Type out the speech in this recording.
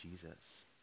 Jesus